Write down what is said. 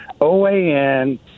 OAN